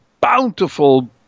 bountiful